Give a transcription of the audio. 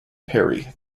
perry